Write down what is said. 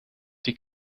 die